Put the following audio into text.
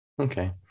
Okay